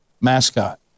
mascot